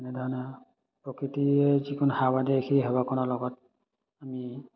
এনেধৰণে প্ৰকৃতিয়ে যিকোনো হাৱা দিয়ে সেই হাৱাকণৰ লগত আমি